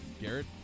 Garrett